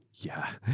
yeah,